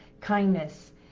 kindness